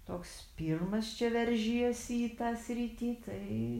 toks pirmas čia veržiesi į tą sritį tai